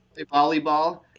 volleyball